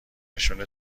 نشون